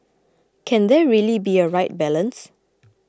can there really be a right balance